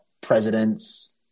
presidents